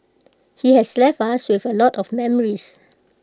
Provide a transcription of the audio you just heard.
he has left us with A lot of memories